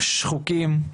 שחוקים.